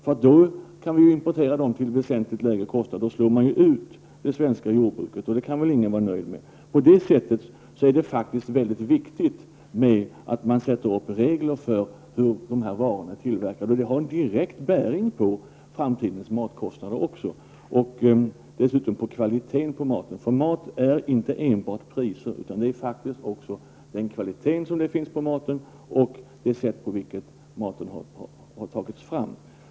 Om man tar emot dessa till väsentligt lägre kostnader, slår man ut det svenska jordbruket, och det kan väl ingen vara nöjd med. Det är alltså mycket viktigt att man sätter upp regler för hur varorna skall vara framställda. Det har också direkt bäring på framtidens matkostnader och dessutom på kvaliteten. Viktiga faktorer när det gäller maten är inte bara priset utan också kvaliteten och det sätt på vilket maten har tagits fram.